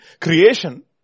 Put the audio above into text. creation